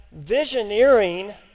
visioneering